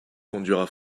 conduira